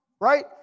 right